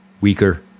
weaker